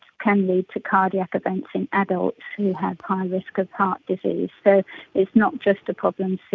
can lead to cardiac events in adults who have high risk of heart disease, so it's not just a problem,